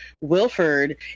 Wilford